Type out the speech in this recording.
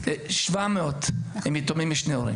700 הם יתומים משני הורים.